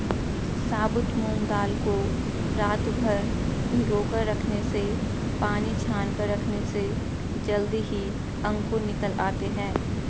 साबुत मूंग दाल को रातभर भिगोकर रखने से पानी छानकर रखने से जल्दी ही अंकुर निकल आते है